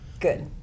Good